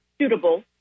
suitable